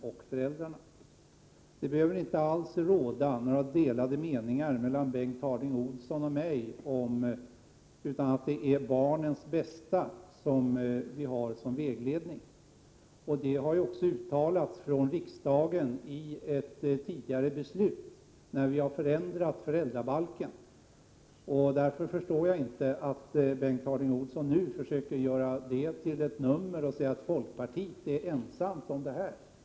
Att så är fallet behöver det inte råda några delade meningar om mellan Bengt Harding Olson och mig. Detta har också uttalats av riksdagen i ett tidigare beslut, när vi förändrade föräldrabalken. Jag förstår därför inte varför Bengt Harding Olson nu försöker göra detta till ett nummer och säger att folkpartiet är ensamt om att se till barnens bästa.